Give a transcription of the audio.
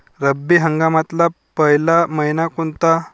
रब्बी हंगामातला पयला मइना कोनता?